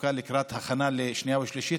חוקה לקראת הכנה לקריאה שנייה ושלישית,